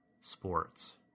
sports